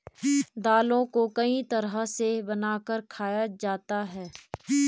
दालों को कई तरह से बनाकर खाया जाता है